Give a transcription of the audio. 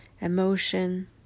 emotion